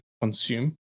consume